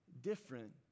different